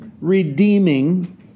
redeeming